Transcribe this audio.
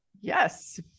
Yes